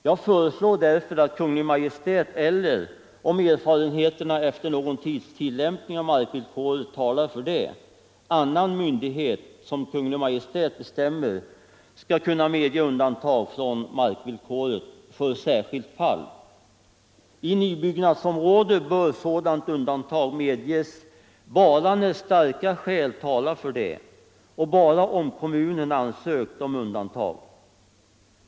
Jag föreslår därför att Kungl. Maj:t eller, om erfarenheterna efter någon tids tillämpning av markvillkoret talar för det, annan myndighet som Kungl. Maj:t bestämmer skall kunna medge undantag från markvillkoret för särskilt fall. I nybyggnadsområde bör sådant undantag medges bara när starka skäl talar för det och bara om kommunen ansökt om undantag.